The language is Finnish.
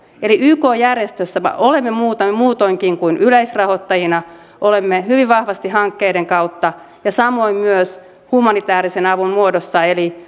eli yk järjestöissä me olemme muutoinkin kuin yleisrahoittajina olemme hyvin vahvasti hankkeiden kautta ja samoin myös humanitaarisen avun muodossa